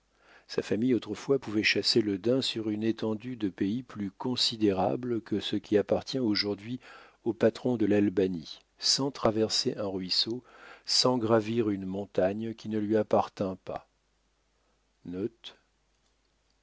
sa famille autrefois pouvait chasser le daim sur une étendue de pays plus considérable que ce qui appartient aujourd'hui au patron de laban sans traverser un ruisseau sans gravir une montagne qui ne lui appartînt pas